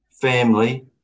family